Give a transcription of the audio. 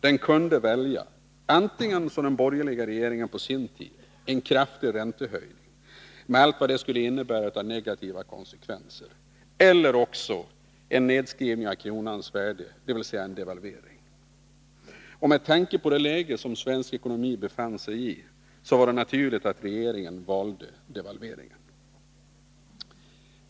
Man kunde välja antingen, som var fallet under den borgerliga regeringen, en kraftig räntehöjning med allt negativt som en sådan skulle medföra eller en nedskrivning av kronans värde, dvs. en devalvering. Med tanke på det läge som svensk ekonomi befann sig i var det naturligt att regeringen valde att genomföra en devalvering.